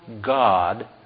God